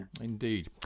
Indeed